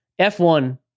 F1